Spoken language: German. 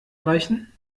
reichen